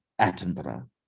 Attenborough